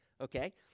Okay